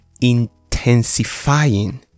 intensifying